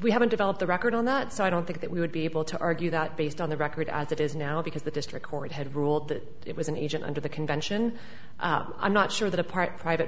we haven't developed the record on that so i don't think that we would be able to argue that based on the record as it is now because the district court had ruled that it was an agent under the convention i'm not sure that a part private